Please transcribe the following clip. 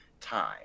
time